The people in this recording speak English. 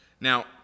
Now